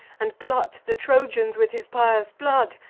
and glut the trojans with his pious blood.